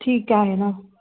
ठीक आहे ना